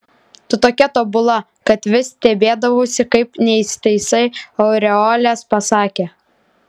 tu tokia tobula kad vis stebėdavausi kaip neįsitaisai aureolės pasakė